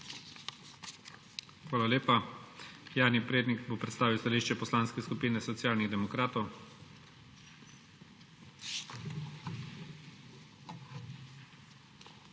Hvala lepa. Jani Prednik bo predstavil stališče Poslanske skupine Socialnih demokratov.